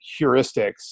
Heuristics